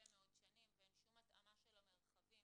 מאוד שנים ואין שום התאמה של המרחבים